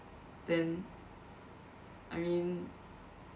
then I mean